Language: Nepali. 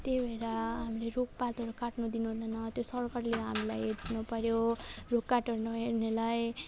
त्यही भएर हामी रुखपातहरू काट्नु दिनुहुँदैन त्यो सरकारले हामीलाई हेर्नु पर्यो रुख काठहरू हेर्नेलाई